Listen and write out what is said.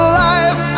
life